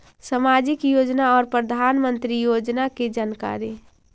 समाजिक योजना और प्रधानमंत्री योजना की जानकारी?